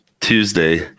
Tuesday